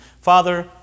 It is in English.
Father